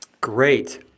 Great